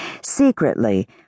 secretly